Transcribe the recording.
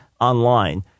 online